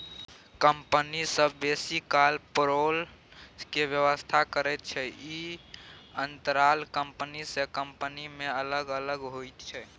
company सब बेसी काल पेरोल के व्यवस्था करैत छै, ई अंतराल कंपनी से कंपनी में अलग अलग होइत छै